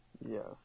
Yes